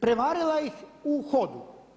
Prevarila ih u hodu.